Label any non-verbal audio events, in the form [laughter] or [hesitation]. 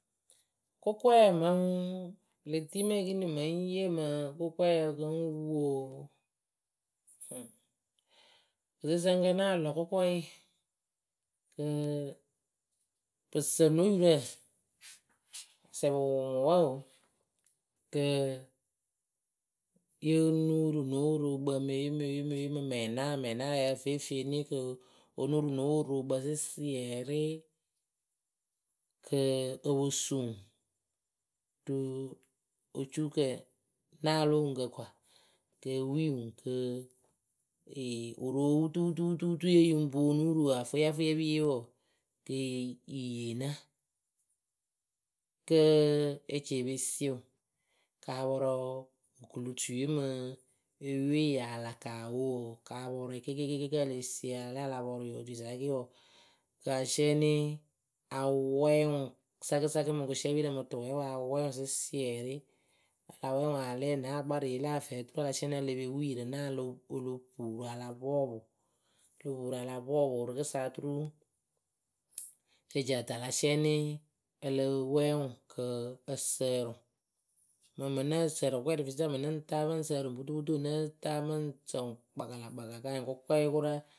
Kʊkɔɛ mɨŋ pɨ le tii mɨ ekini mɨŋ yeemɨ kʊkɔɛ kɨ ŋ́ wo [hesitation] kɨsɨsǝŋkǝ nah lɔ kʊkɔɛye. kɨ pɨ sǝ no yurǝ asɛ pɨ wʊʊ ŋwɨ wǝǝ oo yóo nuuru no wɨrookpǝ mɨ ye mɨ ye mɨ ye mɨ mɛŋnaawǝ mɛŋnaa wǝ́ yǝh fɨ ye fiini kɨ o nuuru no wɨrookpǝ sɩsiɛrɩ kɨ o pu su ŋwɨ rɨɨ ocuukǝ naa lo oŋuŋkǝ kwa kɨ e wii ŋwɨ kɨɨ [hesitation] wɨrooputuputuyǝ we yɨŋ poŋ onuuru wǝ; afʊyɛfʊyɛpiye wǝǝ kɨ yɨ yeena kɨɨ e ci e pe sie ŋwɨ ka pɔrʊ okulutuye mɨ oyuwe yaa laka o wo wǝǝ ka pɔrʊ yɨ kɩɩkɩkɩkɩkɩ kǝ́ le sie a la lɛ a la pɔrʊ ŋyɨ otuisa kɩɩkɩ wǝǝ kɨ asiɛnɩ awɛɛ ŋwɨ sakɨ sakɨ mɨ gʊsiɛpirǝ mɨ tʊwɛɛwǝ a wɛɛ ŋwɨ sɩsiɛrɩ a la wɛɛ ŋwɨ a la lɛ na akparɩyǝ we la afɛɛ oturu a la siɛnɩ e le pe wii yɨ rɨ naawǝ lo o lo puuru a la pɔɔpʊ o lo puuru a la pɔɔpʊ rɨkɨsa oturu. e le ci ǝtɨ a la siɛnɩ a la wɛɛ ŋwɨ kɨ ǝ sǝǝrɨ ŋwɨ mɨŋ mɨ nǝ́ǝ sǝǝrɨ kʊkɔɛ rɨ fiisa mɨ nɨŋ taa mɨŋ sǝǝrɨ ŋwɨ putuputu náa taa mɨŋ sǝǝ ŋwɨ kpakalakpakala kɨ anyɩŋ kʊkɔɛye kʊra.